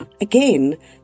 Again